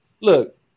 look